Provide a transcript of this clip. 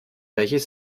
welches